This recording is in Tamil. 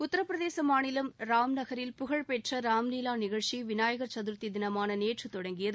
உத்தரபிரதேச மாநிலம் ராம் நகரில் புகழ்பெற்ற ராம் லீவா நிகழ்ச்சி விநாயகள் சதுர்த்தி தினமான நேற்று தொடங்கியது